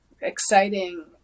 exciting